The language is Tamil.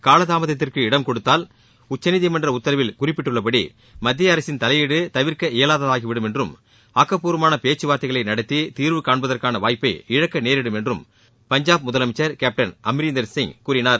காலதாமதத்திற்கு இடம் கொடுத்தால் உச்சநீதிமன்ற உத்தரவில் குறிப்பிட்டுள்ளபடி மத்திய அரசின் தலையீடு தவிர்க்க இயலாததாகிவிடும் என்றும் ஆக்கப்பூர்வமான பேச்சுவார்த்தைகளை நடத்தி தீர்வு காண்பதற்னன வாய்ப்பை இழக்க நேரிடும் என்றும் பஞ்சாப் முதலமைச்சர் கேப்டன் அமரீந்தர் சிங் கூறினார்